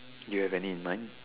you have any in mind